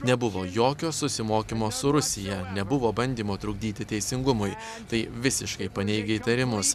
nebuvo jokio susimokymo su rusija nebuvo bandymo trukdyti teisingumui tai visiškai paneigia įtarimus